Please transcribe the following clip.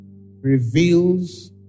reveals